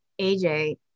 AJ